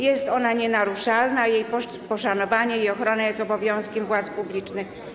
Jest ona nienaruszalna, a jej poszanowanie i ochrona jest obowiązkiem władz publicznych”